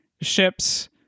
ships